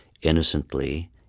innocently